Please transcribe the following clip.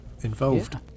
involved